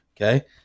okay